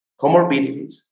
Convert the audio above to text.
comorbidities